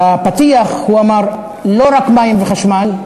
בפתיח הוא אמר: לא רק מים וחשמל,